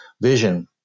vision